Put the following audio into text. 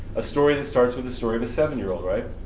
a story that starts with a story of a seven year old, right,